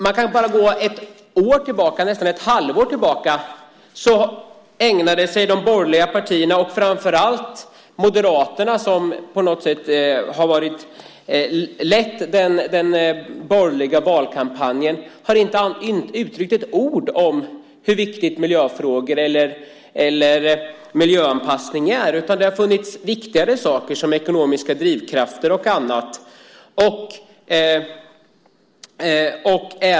Man behöver bara gå ett år, eller endast ett halvår, tillbaka för att påminnas om att de borgerliga partierna, framför allt Moderaterna som ledde den borgerliga valkampanjen, inte sade ett ord om hur viktig miljöanpassningen var. Det fanns viktigare saker att tala om, såsom ekonomiska drivkrafter och annat.